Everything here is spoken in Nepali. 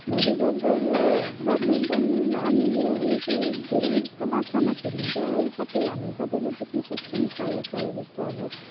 भलिबल र यो ब्याडमिन्टन अनि यो उयो चाहिँ धेरै जस्तो मात्रामा खेलिन्छ है सबै हामी सबैले देख्नसक्छौँ प्रायः प्रायः जस्तो अब